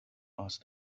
asked